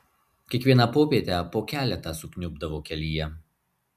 kiekvieną popietę po keletą sukniubdavo kelyje